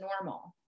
normal